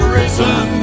risen